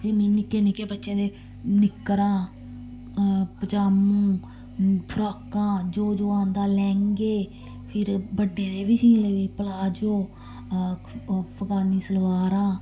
फिर मी निक्के निक्के बच्चें दे निक्करां पजामू फ्राकां जो जो आंदा लैंह्गें फिर बड्डें दे बी सीन लगी पेई प्लाजो ओह् अफगानी सलवारां